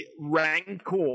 rancor